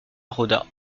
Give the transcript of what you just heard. roda